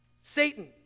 Satan